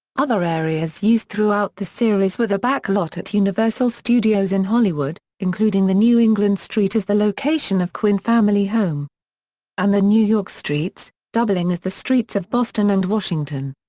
other areas used throughout the series were the back lot at universal studios in hollywood, including the new england street as the location of quinn family home and the new york streets, doubling as the streets of boston and washington.